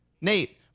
nate